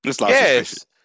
Yes